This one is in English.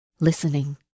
listening